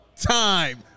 time